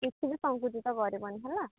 ଏଥିରେ ସଙ୍କୁଚିତ କରିବନି ହେଲା